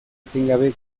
etengabe